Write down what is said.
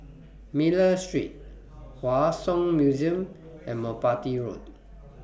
Miller Street Hua Song Museum and Merpati Road